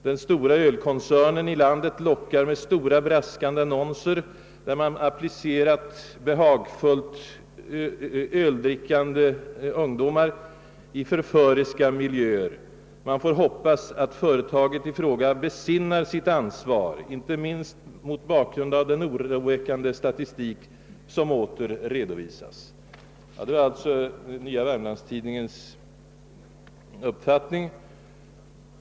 Den stora ölkoncernen i landet lockar med stora braskande annonser där man applicerat behagfullt öldrickande ungdomar i förföriska miljöer. Man får hoppas att företaget ifråga besinnar sitt ansvar — inte minst mot bakgrund av den oroväckande statistik som åter redovisas.» Detta är alltså Nya Wermlands-Tidningens uppfattning.